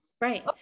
Right